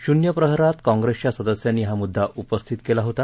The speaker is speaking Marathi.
शून्य प्रहरात काँप्रिसच्या सदस्यांनी हा मुद्दा उपस्थित केला होता